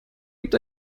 gibt